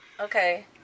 Okay